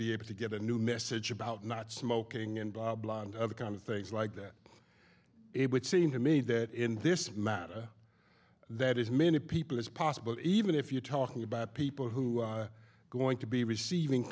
be able to get a new message about not smoking and blah blah and of the kind of things like that it would seem to me that in this matter that is many people as possible even if you're talking about people who are going to be receiving